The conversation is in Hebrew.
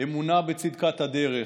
אמונה בצדקת הדרך,